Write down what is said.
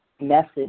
message